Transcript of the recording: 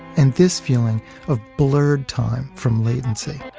and this feeling of blurred time from latency.